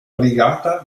brigata